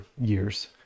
years